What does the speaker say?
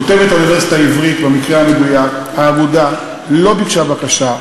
כותבת האוניברסיטה העברית במקרה המדובר: האגודה לא ביקשה בקשה,